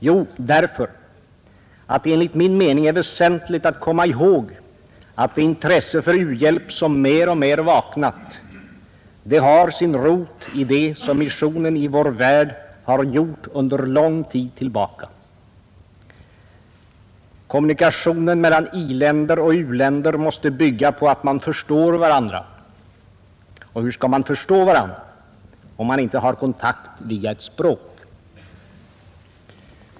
Jo, därför att det enligt min mening är väsentligt att komma ihåg att det intresse för u-hjälp som mer och mer vaknat har sin rot i det som missionen i vår värld har gjort under lång tid. Kommunikationen mellan i-länder och u-länder måste bygga på att man förstår varandra och hur skall man förstå varandra om man inte har kontakt via ett språk?